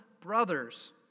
brothers